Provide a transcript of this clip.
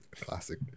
Classic